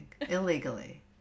illegally